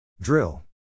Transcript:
Drill